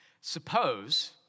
Suppose